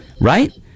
right